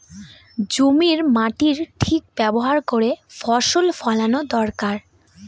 জমির মাটির ঠিক ব্যবহার করে ফসল ফলানো দরকার